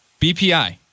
BPI